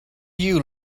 you